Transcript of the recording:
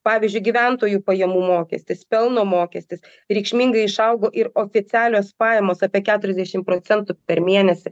pavyzdžiui gyventojų pajamų mokestis pelno mokestis reikšmingai išaugo ir oficialios pajamos apie keturiasdešim procentų per mėnesį